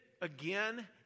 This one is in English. again